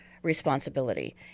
responsibility